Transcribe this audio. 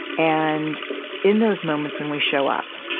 and in those moments when we show up,